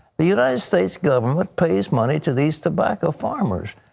the united states government pays money to these tobacco farmers,